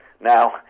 Now